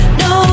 no